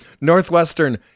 Northwestern